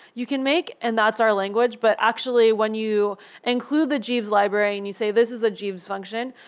you can make and that's our language. but actually, when you include the jeeves library and you say, this is a jeeves function,